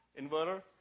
Inverter